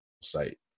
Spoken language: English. site